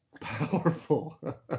powerful